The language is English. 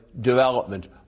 development